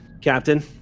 Captain